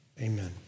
Amen